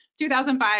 2005